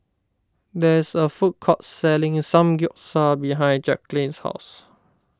there is a food court selling Samgyeopsal behind Jackeline's house